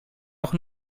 auch